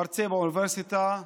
מרצה באוניברסיטה.